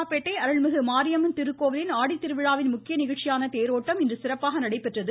கோவில் பேட்டை அருள்மிகு மாரியம்மன் திருக்கோவிலின் சேலம் அம்மா ஆடித்திருவிழாவின் முக்கிய நிகழ்ச்சியான தேரோட்டம் இன்று சிறப்பாக நடைபெற்றது